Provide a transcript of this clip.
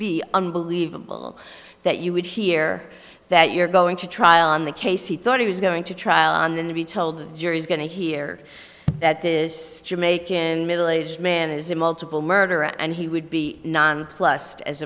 be unbelievable that you would hear that you're going to trial on the case he thought he was going to trial on than to be told the jury is going to hear that this jamaican middle aged man is a multiple murder and he would be nonplus